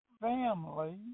family